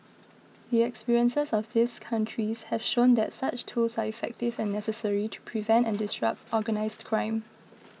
the experiences of these countries have shown that such tools are effective and necessary to prevent and disrupt organised crime